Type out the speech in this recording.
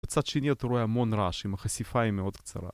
קצת שניות, אתה רואה המון רעש, עם החשיפה היא מאוד קצרה.